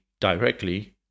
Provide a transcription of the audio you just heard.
directly